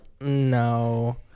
No